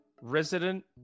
Resident